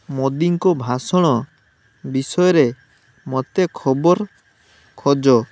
ମୋଦିଙ୍କ ଭାଷଣ ବିଷୟରେ ମୋତେ ଖବର ଖୋଜ